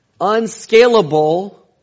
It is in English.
unscalable